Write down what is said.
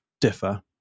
differ